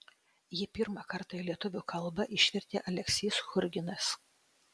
jį pirmą kartą į lietuvių kalbą išvertė aleksys churginas